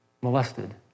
molested